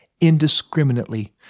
indiscriminately